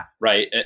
Right